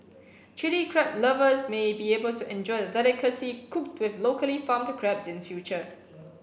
Chilli Crab lovers may be able to enjoy the delicacy cooked with locally farmed crabs in future